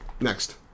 Next